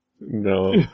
No